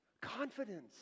Confidence